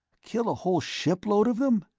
kill a whole shipload of them?